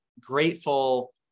grateful